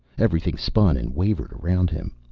everything spun and wavered around him.